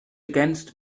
against